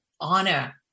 honor